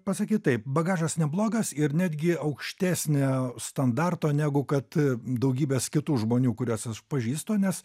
pasakyt taip bagažas neblogas ir netgi aukštesnio standarto negu kad daugybės kitų žmonių kuriuos aš pažįstu nes